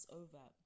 over